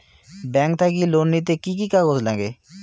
Bank থাকি loan নিতে কি কি কাগজ নাগে?